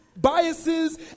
Biases